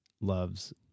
loves